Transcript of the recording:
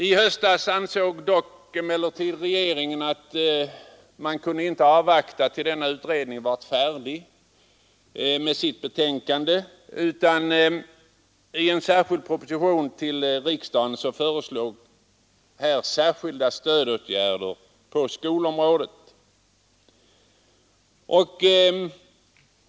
I höstas ansåg sig emellertid regeringen inte kunna avvakta utredningens betänkande utan föreslog i en proposition till riksdagen särskilda stödåtgärder på skolområdet.